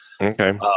Okay